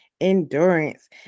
endurance